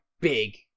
big